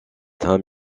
ham